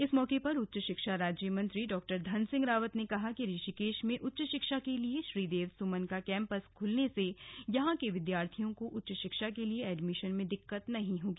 इस मौके पर उच्च शिक्षा राज्य मंत्री डॉ धन सिंह रावत ने कहा कि ऋषिकेश में उच्च शिक्षा के लिए श्रीदेव सुमन का कैंपस खुलने से यहां के विद्यार्थियों को उच्च शिक्षा के लिए एडमिशन में दिक्कत नहीं होगी